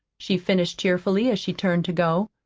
she finished cheerfully, as she turned to go.